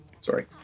Sorry